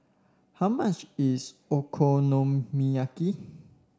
how much is Okonomiyaki